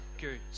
good